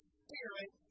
spirit